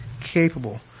capable